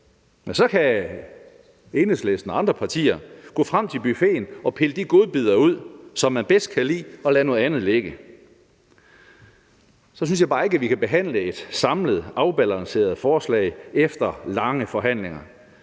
Og så kan Enhedslisten og andre partier gå frem til buffeten og pille de godbidder ud, som man bedst kan lide, og lade noget andet ligge. Men så synes jeg bare ikke, at vi kan behandle et samlet, afbalanceret forslag efter lange forhandlinger.